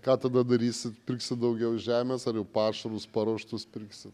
ką tada darysit pirksit daugiau žemės ar jau pašarus paruoštus pirksit